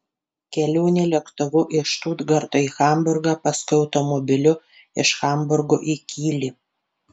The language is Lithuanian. kelionė lėktuvu iš štutgarto į hamburgą paskui automobiliu iš hamburgo į kylį